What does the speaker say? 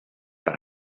per